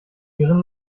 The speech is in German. ihren